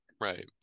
Right